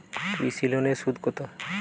কৃষি লোনের সুদ কত?